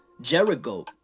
Jericho